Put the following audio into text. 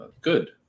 good